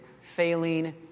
failing